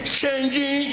changing